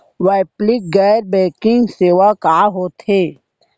वैकल्पिक गैर बैंकिंग सेवा का होथे?